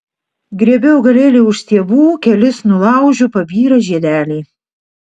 griebiu augalėlį už stiebų kelis nulaužiu pabyra žiedeliai